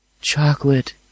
Chocolate